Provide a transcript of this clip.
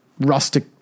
rustic